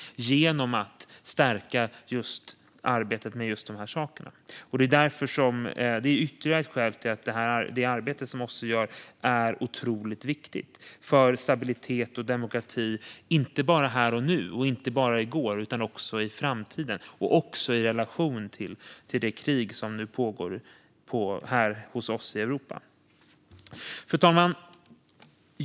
Detta är ytterligare ett skäl till att det arbete OSSE gör är otroligt viktigt för stabilitet och demokrati, inte bara i går och här och nu utan även i framtiden - och i relation till det krig som pågår i Europa. Fru talman!